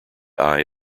eye